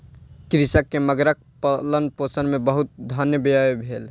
कृषक के मगरक पालनपोषण मे बहुत धन व्यय भेल